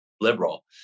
liberal